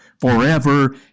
forever